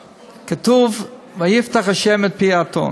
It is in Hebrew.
כתוב: "ויפתח ה' את פי האתון",